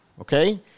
okay